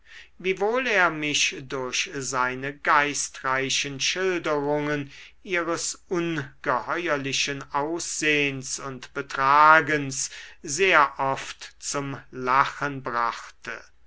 wiewohl er mich durch seine geistreichen schilderungen ihres ungeheuerlichen aussehns und betragens sehr oft zum lachen brachte